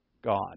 God